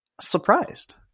surprised